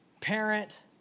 parent